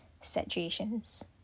situations